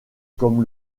comme